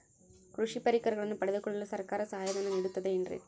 ಕೃಷಿ ಪರಿಕರಗಳನ್ನು ಪಡೆದುಕೊಳ್ಳಲು ಸರ್ಕಾರ ಸಹಾಯಧನ ನೇಡುತ್ತದೆ ಏನ್ರಿ?